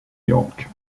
york